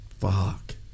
Fuck